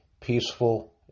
peaceful